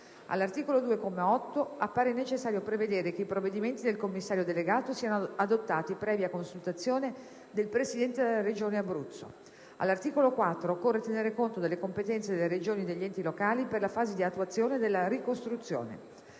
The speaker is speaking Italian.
all'articolo 2, comma 8, appare necessario prevedere che i provvedimenti del Commissario delegato siano adottati previa consultazione del Presidente della Regione Abruzzo; - all'articolo 4, occorre tenere conto delle competenze delle Regioni e degli enti locali per la fase di attuazione della ricostruzione.